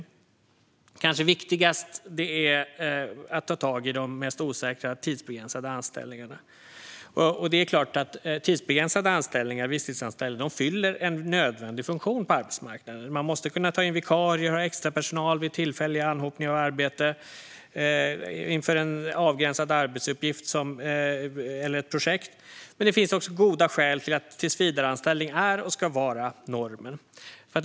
Det kanske viktigaste är att ta tag i de mest osäkra tidsbegränsade anställningarna. Det är klart att tidsbegränsade anställningar, visstidsanställningar, fyller en nödvändig funktion på arbetsmarknaden. Man måste kunna ta in vikarier och ha extrapersonal vid tillfälliga anhopningar av arbete inför en avgränsad arbetsuppgift eller ett projekt. Men det finns goda skäl till att tillsvidareanställning är och ska vara normen.